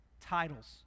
titles